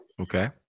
Okay